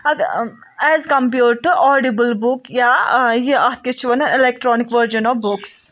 اَدٕ as compared to audible book یا یہِ اَتھ کیاہ چھِ ونان اِلیکٹروانِک وٕرجَن آف بُکٕس